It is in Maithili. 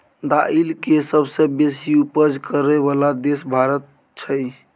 दाइल के सबसे बेशी उपज करइ बला देश भारत छइ